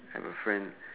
have a friend